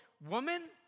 woman